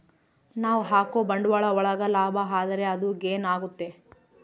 ನಾವ್ ಹಾಕೋ ಬಂಡವಾಳ ಒಳಗ ಲಾಭ ಆದ್ರೆ ಅದು ಗೇನ್ ಆಗುತ್ತೆ